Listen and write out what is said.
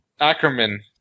Ackerman